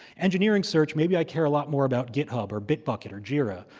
engineering search, maybe i care a lot more about github, or bitbucket, or jira,